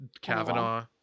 Kavanaugh